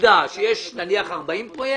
עובדה שיש נניח 40 פרויקטים.